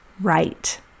right